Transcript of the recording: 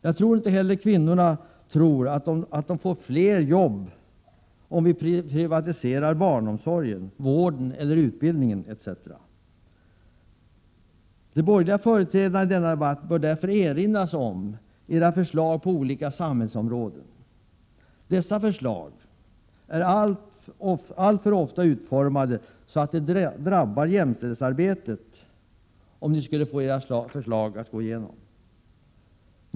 Jag tror inte heller att några kvinnor väntar sig att vi skapar fler jobb till dem om vi privatiserar barnomsorg, vård och utbildning etc. De borgerliga företrädarna i denna debatt bör därför erinras om sina förslag på olika samhällsområden. Dessa förslag är alltför ofta utformade så att det drabbar jämställdhetsarbetet om de skulle förverkligas.